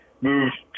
moved